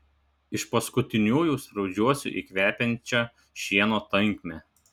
iš paskutiniųjų spraudžiuosi į kvepiančią šieno tankmę